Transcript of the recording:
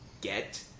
get